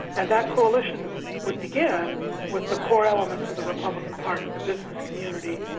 and that coalition would begin with the core elements of the republican party, the business community,